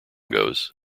goes